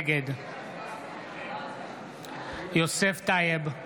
נגד יוסף טייב,